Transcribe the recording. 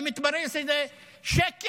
ומתברר שזה שקר,